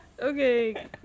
okay